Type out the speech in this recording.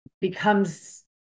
becomes